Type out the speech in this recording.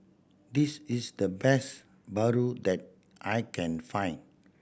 this is the best paru that I can find